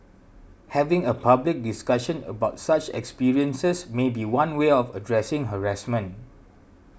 having a public discussion about such experiences may be one way of addressing harassment